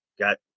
got